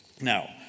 Now